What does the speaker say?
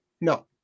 No